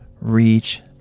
reach